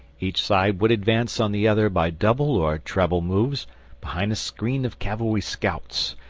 each side would advance on the other by double or treble moves behind a screen of cavalry scouts,